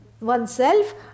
oneself